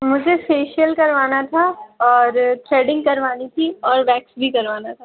मुझे फेसियल करवाना था और थ्रेडिंग करवानी थी और वैक्स भी करवाना था